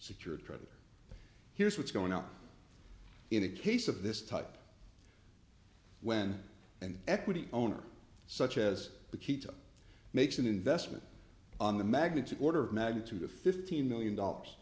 security or here's what's going on in a case of this type when an equity owner such as the key to makes an investment on the magnitude order of magnitude of fifteen million dollars